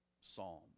psalm